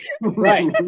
right